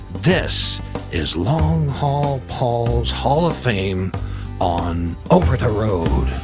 this is long haul paul's haul of fame on over the road.